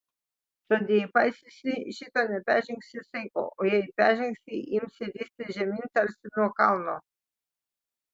tad jei paisysi šito neperžengsi saiko o jei peržengsi imsi ristis žemyn tarsi nuo kalno